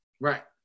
Right